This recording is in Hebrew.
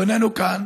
והוא איננו כאן,